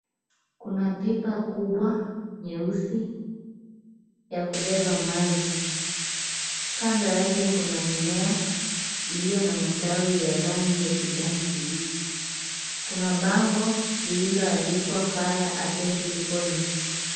Kuna pipa kubwa nyeusi ya kubeba maji. Kando yake kuna mimea iliyo na matawi ya rangi ya kijani kibichi. Kuna bango lililoandikwa fire assembly point .